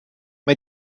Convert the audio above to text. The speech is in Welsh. mae